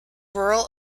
rural